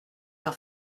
leur